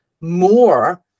more